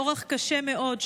באורח קשה מאוד.